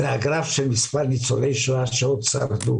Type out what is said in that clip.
הגרף של ניצולי השואה שעוד חיים.